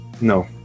no